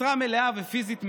משרה מלאה ופיזית מאוד.